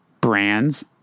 brands